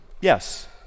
yes